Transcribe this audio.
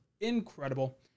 incredible